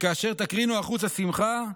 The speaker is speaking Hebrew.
כאשר תקרינו החוצה שמחה,